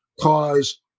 cause